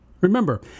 Remember